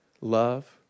love